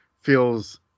feels